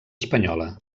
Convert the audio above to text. espanyola